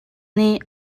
nih